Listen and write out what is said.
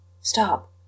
Stop